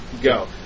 go